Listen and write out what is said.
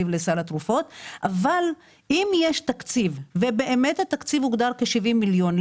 אבל אם יש תקציב ובאמת התקציב הוגדר כ-70 מיליון,